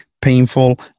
painful